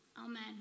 Amen